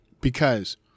because-